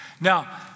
Now